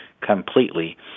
completely